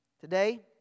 Today